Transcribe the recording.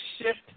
shift